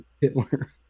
Hitler